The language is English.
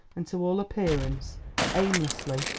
and to all appearance aimlessly,